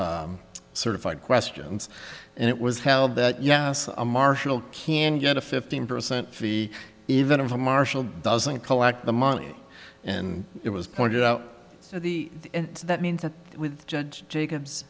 or certified questions and it was held that yes marshall can get a fifteen percent fee even if the marshal doesn't collect the money and it was pointed out the that means that with judge jacob